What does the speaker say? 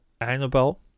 Annabelle